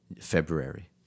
February